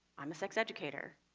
i'm a sex educator.